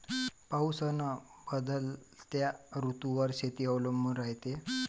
पाऊस अन बदलत्या ऋतूवर शेती अवलंबून रायते